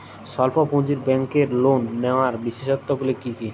স্বল্প পুঁজির ব্যাংকের লোন নেওয়ার বিশেষত্বগুলি কী কী?